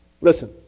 Listen